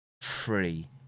free